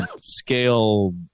scale